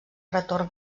retorn